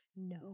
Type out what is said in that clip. No